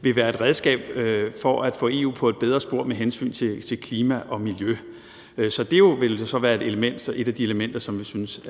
vil være et redskab til at få EU på et bedre spor med hensyn til klima og miljø. Så det vil være et af de elementer, som vi synes